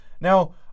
Now